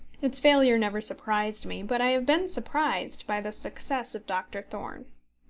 its failure never surprised me but i have been surprised by the success of doctor thorne.